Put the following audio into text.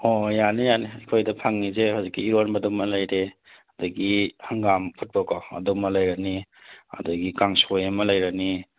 ꯍꯣꯏ ꯍꯣꯏ ꯌꯥꯅꯤ ꯌꯥꯅꯤ ꯑꯩꯈꯣꯏꯗ ꯐꯪꯉꯤꯁꯦ ꯍꯧꯖꯤꯛꯀꯤ ꯏꯔꯣꯟꯕꯗꯨꯃ ꯂꯩꯔꯦ ꯑꯗꯒꯤ ꯍꯪꯒꯥꯝ ꯐꯨꯠꯄꯀꯣ ꯑꯗꯨꯃ ꯂꯩꯔꯅꯤ ꯑꯗꯒꯤ ꯀꯥꯡꯁꯣꯏ ꯑꯃ ꯂꯩꯔꯅꯤ